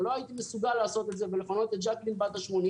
ולא הייתי מסוגל לעשות את זה ולפנות את ג'קלין בת ה-80,